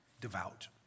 devout